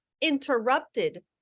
interrupted